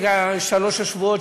אני אתך בקואליציה,